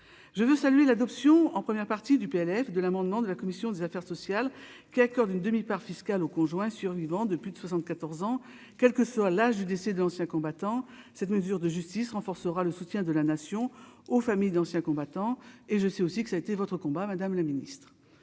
je veux saluer l'adoption en première partie du PLF 2 l'amendement de la commission des affaires sociales qui accordent une demi-part fiscale au conjoint survivant de plus de 74 ans, quelle que soit l'âge du décès d'anciens combattants, cette mesure de justice renforcera le soutien de la nation, aux familles d'anciens combattants et je sais aussi que ça a été votre combat, madame la ministre,